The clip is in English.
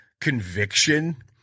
conviction